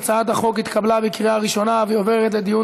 ההצעה להעביר את הצעת חוק הצעת חוק המאבק בטרור (תיקון מס' 2)